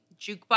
jukebox